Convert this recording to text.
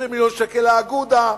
20 מיליון שקל לאגודה.